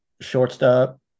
shortstop